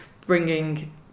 bringing